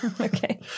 Okay